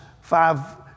five